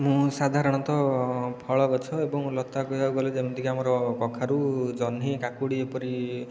ମୁଁ ସାଧାରଣତଃ ଫଳଗଛ ଏବଂ ଲତା କହିବାକୁ ଗଲେ ଯେମିତିକି ଆମର କଖାରୁ ଜହ୍ନି କାକୁଡ଼ି ଏପରି